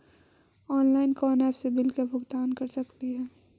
Online कोन app से bill के भुगतान कर सकली ही?